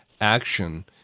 action